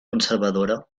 conservadora